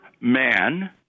man